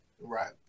Right